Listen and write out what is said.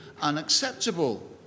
unacceptable